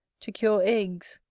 to cure agues,